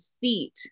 seat